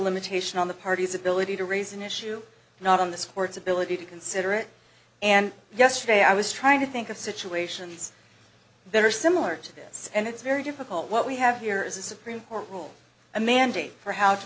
limitation on the parties ability to raise an issue not on the sports ability to consider it and yesterday i was trying to think of situations that are similar to this and it's very difficult what we have here is a supreme court rule a mandate for ho